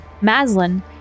Maslin